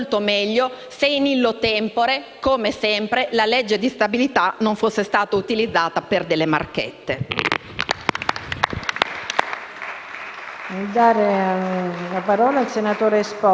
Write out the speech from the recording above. se, *illo tempore*, come sempre, la legge di stabilità non fosse stata utilizzata per delle marchette.